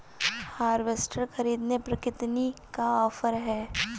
Harvester ख़रीदने पर कितनी का ऑफर है?